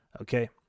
Okay